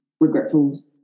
regretful